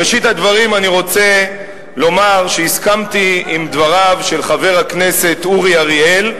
בראשית הדברים אני רוצה לומר שהסכמתי עם דבריו של חבר הכנסת אורי אריאל.